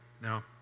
now